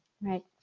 right